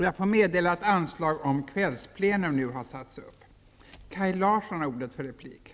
Jag får meddela att anslag nu har satts upp om att detta sammanträdde skall fortsätta efter kl. 19.00.